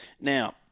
Now